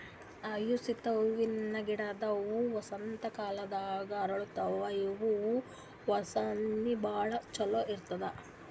hyacinth ಹೂವಿನ ಗಿಡದ್ ಹೂವಾ ವಸಂತ್ ಕಾಲದಾಗ್ ಅರಳತಾವ್ ಇವ್ ಹೂವಾ ವಾಸನಿ ಭಾಳ್ ಛಂದ್ ಇರ್ತದ್